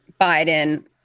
Biden